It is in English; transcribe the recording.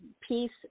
peace